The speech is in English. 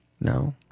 No